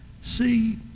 See